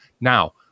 Now